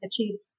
achieved